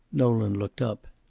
nolan looked up.